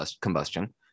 combustion